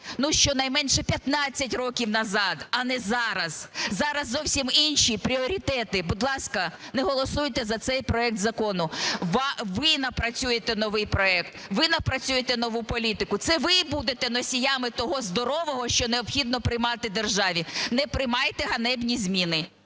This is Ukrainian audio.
ну, щонайменше 15 років назад, а не зараз. Зараз зовсім інші пріоритети. Будь ласка, не голосуйте за цей проект закону. Ви напрацюєте новий проект. Ви напрацюєте нову політику. Це ви будете носіями того здорового, що необхідно приймати державі. Не приймайте ганебні зміни.